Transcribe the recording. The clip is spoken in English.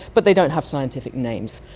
but they don't have scientific names.